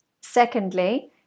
Secondly